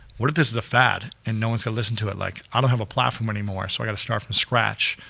what if this is a fad and no one's gonna listen to it? like, i don't have a platform anymore, so i got to start from scratch.